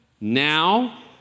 now